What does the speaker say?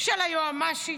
של היועמ"שית,